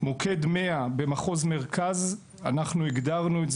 מוקד 100 במחוז מרכז: אנחנו הגדרנו,